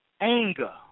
anger